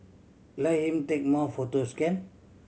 let him take more photos can